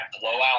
blowout